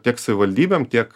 tiek savivaldybėm tiek